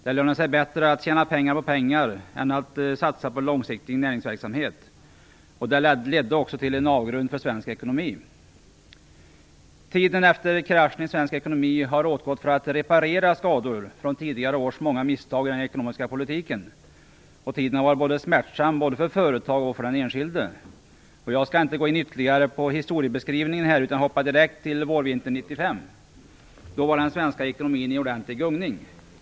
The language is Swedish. Det lönar sig bättre att tjäna pengar på pengar än att satsa på långsiktig näringsverksamhet. Det ledde också till en avgrund för svensk ekonomi. Tiden efter kraschen i svensk ekonomi har åtgått för att reparera skador från tidigare års många misstag i den ekonomiska politiken. Tiden har varit smärtsam både för företag och för den enskilde. Jag skall inte gå in ytterligare på historiebeskrivningen utan hoppar direkt till vårvintern 1995. Då var den svenska ekonomin i ordentlig gungning.